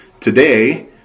Today